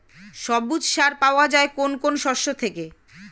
সবুজ সার পাওয়া যায় কোন কোন শস্য থেকে?